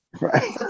Right